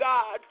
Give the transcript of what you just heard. God